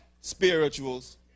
spirituals